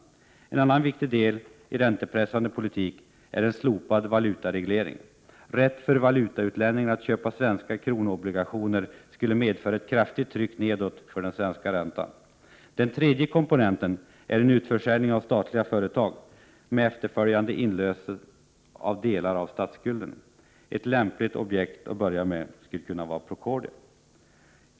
En annan viktig del i en räntepressande politik är en slopad valutareglering. Rätt för valutautlänningar att köpa svenska kronobligationer skulle medföra ett kraftigt tryck nedåt på den svenska räntan. Den tredje komponenten är en utförsäljning av statliga företag med efterföljande inlösen av delar av statsskulden. Ett lämpligt objekt att börja med skulle kunna vara Procordia.